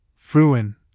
Fruin